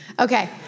Okay